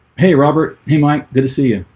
hey robert. hey, mike. good to see you.